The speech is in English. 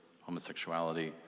homosexuality